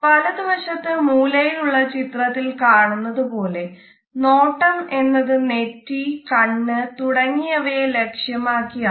വലതുവശത്ത് മൂലയിൽ ഉള്ള ചിത്രത്തിൽ കാണുന്നത് പോലെ നോട്ടം എന്നത് നെറ്റി കണ്ണ് തുടങ്ങിയവയെ ലക്ഷ്യമാക്കി ആണ്